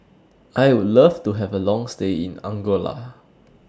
I Would Love to Have A Long stay in Angola